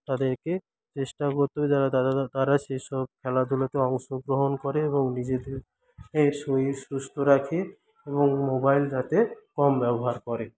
তাদেরকে চেষ্টা করতে হবে যাতে তারা সেসব খেলাধুলোতে অংশগ্রহণ করে এবং নিজেদের শরীর সুস্থ রাখে এবং মোবাইল যাতে কম ব্যবহার করে